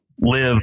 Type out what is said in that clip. live